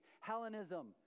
Hellenism